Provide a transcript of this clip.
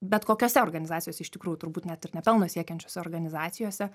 bet kokiose organizacijose iš tikrųjų turbūt net ir ne pelno siekiančiose organizacijose